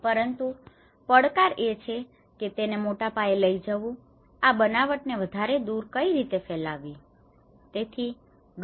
પરંતુ પડકાર એ છે કે તેને મોટા પાયે લઇ જવું આ બનાવટ ને વધારે દૂર કઈ રીતે ફેલાવવી તેથી ડો